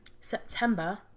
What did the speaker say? September